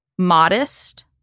modest